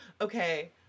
Okay